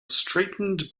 straightened